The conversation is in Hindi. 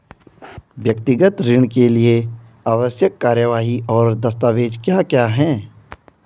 व्यक्तिगत ऋण के लिए आवश्यक कार्यवाही और दस्तावेज़ क्या क्या हैं?